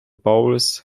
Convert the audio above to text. bowles